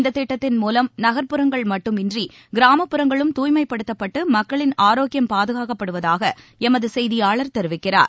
இத்திட்டத்தின் மூலம் நகர்ப்புறங்கள் மட்டுமின்றிகிராமப்புறங்களும் தாய்மைப்படுத்தப்பட்டுமக்களின் ஆரோக்கியம் பாதுகாக்கப்படுவதாகஎமதசெய்தியாளர் தெரிவிக்கிறார்